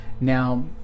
Now